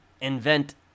invent